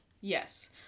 Yes